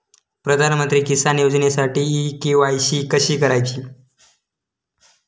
प्रधानमंत्री किसान योजनेसाठी इ के.वाय.सी कशी करायची?